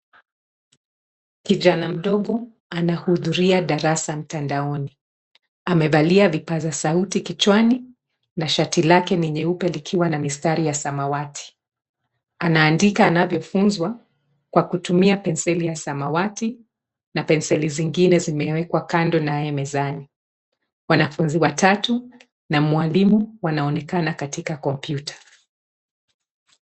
Kijana mdogo, anahudhuria darasa mtandaoni. Amevalia vipaza sauti kichwani, na shati lake ni nyeupe likiwa na mistari ya samawati. Anaandika anavyofunzwa kwa kutumia penseli ya samawati, na penseli zingine zimewekwa kando naye mezani. Wanafunzi watatu, na mwalimu, wanaonekana katika kompyuta.